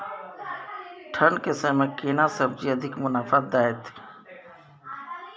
ठंढ के समय मे केना सब्जी अधिक मुनाफा दैत?